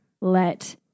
let